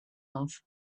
off